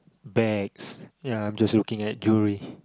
bags ya I'm just looking at jewellery